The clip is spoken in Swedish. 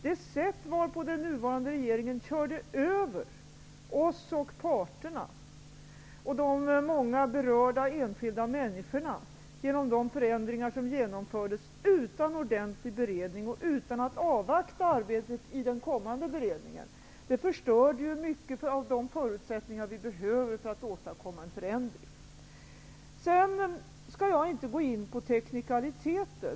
Det sätt varpå den nuvarande regeringen körde över oss och parterna samt de många berörda enskilda människorna genom förändringar som genomfördes utan en ordentlig beredning och utan att avvakta arbetet i den kommande beredningen förstörde många av de förutsättningar som behövs för att en förändring skall kunna åstadkommas. Jag skall inte gå in på teknikaliteter.